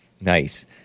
Nice